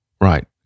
Right